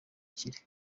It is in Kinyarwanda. akire